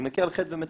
אני מכה על חטא ומצר,